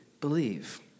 believe